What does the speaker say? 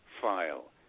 file